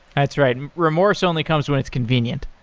that's right. remorse only comes when it's convenient.